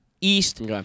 East